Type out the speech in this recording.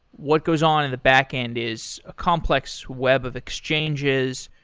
what goes on in the back-end is a complex web of exchanges,